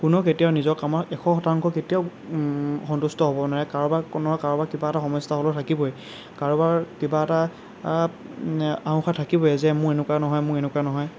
কোনেও কেতিয়াও নিজৰ কামত এশ শতাংশ কেতিয়াও সন্তুষ্ট হ'ব নোৱাৰে কাৰোবাক কোনোবাৰ কাৰোবাক কিবা এটা সমস্যা হ'লেও থাকিবই কাৰোবাৰ কিবা এটা আওসা থাকিবই যে মোৰ এনেকুৱা নহয় মোৰ এনেকুৱা নহয়